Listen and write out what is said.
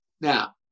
Now